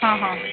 હં હં